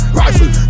rifle